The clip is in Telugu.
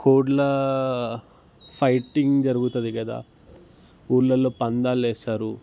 కోళ్ళ ఫైటింగ్ జరుగుతుంది కదా ఊళ్ళలో పందాలు వేస్తారు